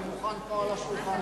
אני מוכן פה על השולחן,